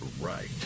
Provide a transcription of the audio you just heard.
right